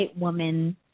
woman